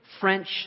French